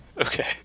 Okay